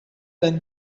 than